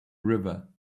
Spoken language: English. river